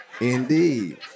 Indeed